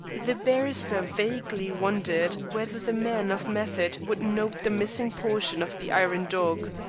the barrister vaguely wondered whether the man of method would note the missing portion of the iron dog.